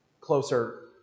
closer